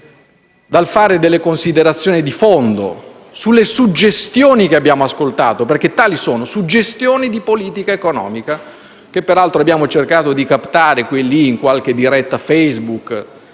di fare delle considerazioni di fondo sulle suggestioni che abbiamo ascoltato, perché tali: sono suggestioni di politica economica, che peraltro abbiamo cercato di captare qua e là in qualche diretta Facebook,